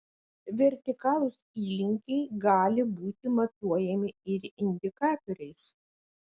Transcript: vertikalūs įlinkiai gali būti matuojami ir indikatoriais